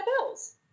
bills